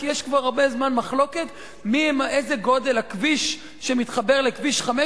כי יש כבר הרבה זמן מחלוקת על גודל הכביש שמתחבר לכביש 5,